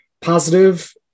positive